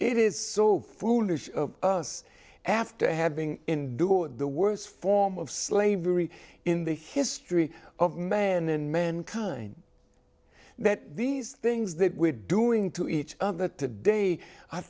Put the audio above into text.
it is so foolish of us after having endured the worst form of slavery in the history of man and mankind that these things that we're doing to each other today